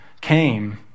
came